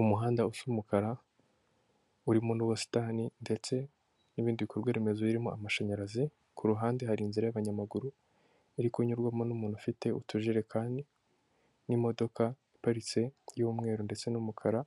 Umuhanda usa umukara urimo n'ubusitani ndetse n'ibindi bikorwa remezo birimo amashanyarazi, ku ruhande hari inzira y'abanyamaguru iri kunyurwamo n'umuntu ufite utujerekani n'imodoka iparitse y'umweru ndetse n'umukara,